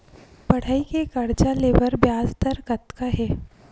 पढ़ई के कर्जा ले बर ब्याज दर कतका हे?